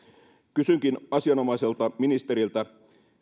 kysynkin asianomaiselta ministeriltä